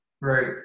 Right